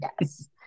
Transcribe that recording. yes